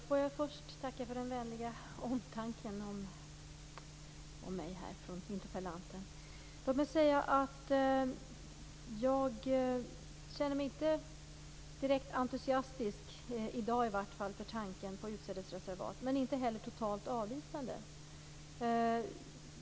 Herr talman! Först vill jag tacka för interpellantens vänliga omtanke om mig. Jag känner mig inte direkt entusiastisk inför tanken på utsädesreservat, i alla fall inte i dag, men inte heller totalt avvisande.